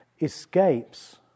escapes